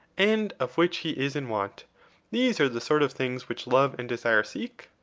and of which he is in want these are the sort of things which love and desire seek?